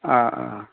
ओ ओ